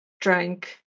drank